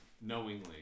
Knowingly